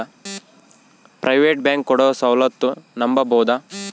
Private bank ಕೊಡೊ ಸೌಲತ್ತು ನಂಬಬೋದ?